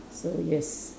so yes